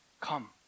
Come